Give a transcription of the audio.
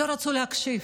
לא רצו להקשיב,